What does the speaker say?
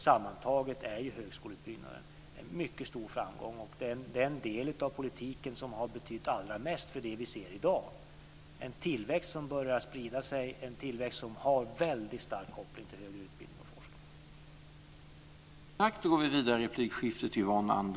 Sammantaget är högskoleutbyggnaden en mycket stor framgång och den del av politiken som har betytt allra mest för det vi ser i dag, en tillväxt som börjar sprida sig, en tillväxt som har en väldigt stark koppling till högre utbildning och forskning.